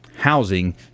housing